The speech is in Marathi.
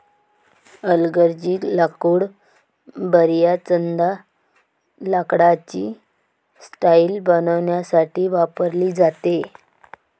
हलगर्जी लाकूड बर्याचदा लाकडाची टाइल्स बनवण्यासाठी वापरली जाते